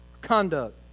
Conduct